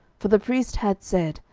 for the priest had said,